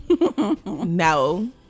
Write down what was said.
No